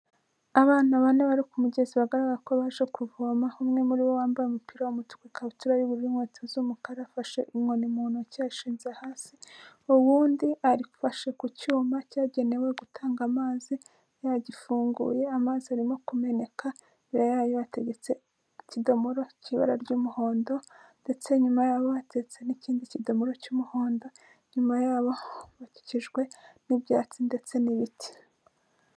Abana bane bari ku mugezi bagaragara ko baje kuvoma, umwe muri bo wambaye umupira w'amatuku, ikabutura y'ubururu inkweto z'umukara afashe inkoni mu ntoki yashinze hasi. Uwundi afashe ku cyuma cyagenewe gutanga amazi yagifunguye, amazi arimo kumeneka imbere ye hateretse ikidomoro k'ibara ry'umuhondo ndetse inyuma yabo hateretse n'ikindi kidomoro cy'umuhondo, inyuma yabo bakikijwe n'ibyatsi ndetse n'ibiti.